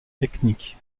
technique